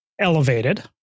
elevated